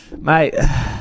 mate